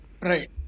right